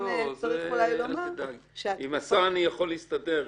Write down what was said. עם השר אני יכול להסתדר,